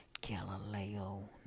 Galileo